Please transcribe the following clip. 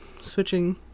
switching